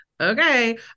okay